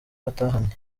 batahanye